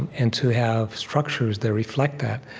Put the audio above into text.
and to have structures that reflect that,